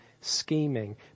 scheming